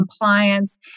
compliance